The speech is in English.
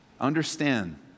Understand